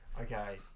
Okay